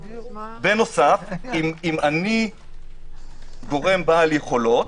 בנוסף, אם אני גורם בעל יכולות,